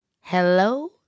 Hello